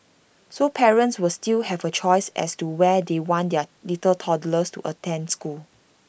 so parents will still have A choice as to where they want their little toddlers to attend school